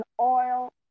oil